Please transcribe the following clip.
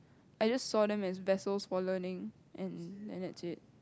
I just saw them as vessels for learning and and that's it